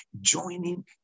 joining